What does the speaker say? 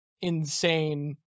insane